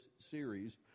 series